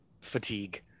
fatigue